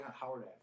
Howard